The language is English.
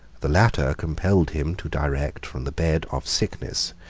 the latter compelled him to direct, from the bed of sickness,